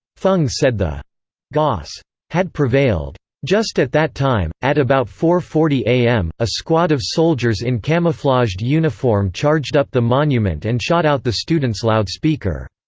feng said the gos had prevailed. just at that time, at about four forty am, a squad of soldiers in camouflaged uniform charged up the monument and shot out the students' loudspeaker.